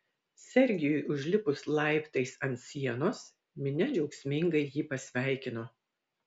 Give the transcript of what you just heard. sergijui užlipus laiptais ant sienos minia džiaugsmingai jį pasveikino